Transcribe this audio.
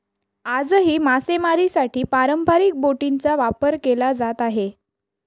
आजही मासेमारीसाठी पारंपरिक बोटींचा वापर केला जात आहे